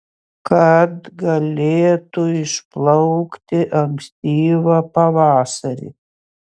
kad galėtų išplaukti ankstyvą pavasarį